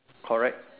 correct